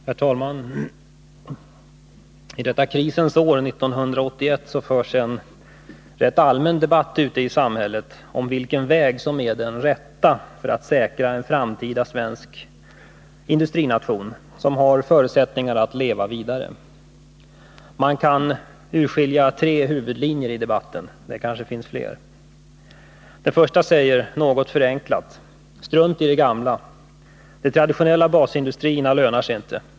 Herr talman! I detta krisens år 1981 förs en rätt allmän debatt ute i samhället om vilken väg som är den rätta för att säkra en framtida svensk industrination, som har förutsättningar att leva vidare. Man kan urskilja tre huvudlinjer i debatten — det kanske finns fler. Den första säger — något förenklat: Strunta i det gamla. De traditionella basindustrierna lönar sig inte.